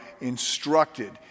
instructed